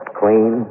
clean